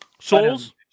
Souls